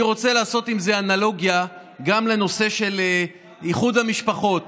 אני רוצה לעשות עם זה אנלוגיה גם לנושא של איחוד המשפחות.